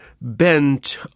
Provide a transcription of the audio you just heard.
bent